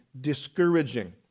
discouraging